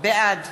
בעד